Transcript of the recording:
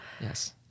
Yes